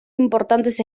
importantes